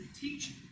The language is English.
teaching